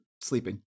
sleeping